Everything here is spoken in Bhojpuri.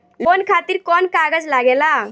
लोन खातिर कौन कागज लागेला?